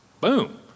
Boom